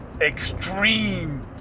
extreme